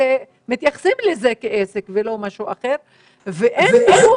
מתייחסים לזה כעסק ולא משהו אחר ואין פיקוח